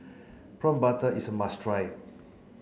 prawn butter is a must try